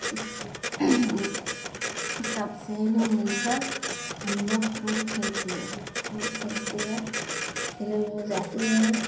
कित सब सहेली मिलकर हम लोग खूब खेलती है खूब खेलती है खेले ऊले जाती है